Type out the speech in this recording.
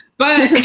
but